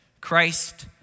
Christ